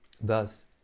thus